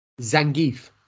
Zangief